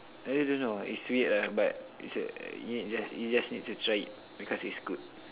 I really don't know it's weird lah but you say you just you just need to try it because it's good